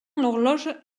l’horloge